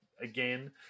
again